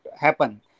happen